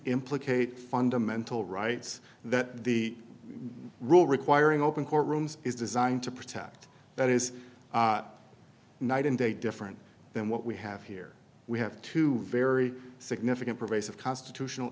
implicate fundamental rights that the rule requiring open courtrooms is designed to protect that is night and day different than what we have here we have two very significant pervasive constitutional